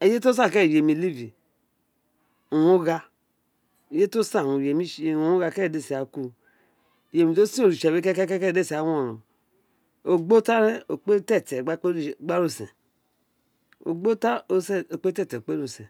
Ẹye tí o saan kẹrẹn ò wun owun o ghaan uli ti o san owun ore mi ghan dí iyemí ku iyemí dí o sen oritse kekeke dí a ski ra kun wọ ọrọn ogbo tanrẹn ogbo tẹtẹ gba re usẹn ogbo tan tẹtẹ o kppe re usén